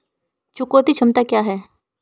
चुकौती क्षमता क्या है?